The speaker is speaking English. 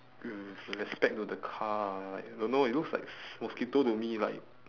with with respect to the car ah like don't know it looks like s~ s~ mosquito to me like